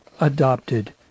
adopted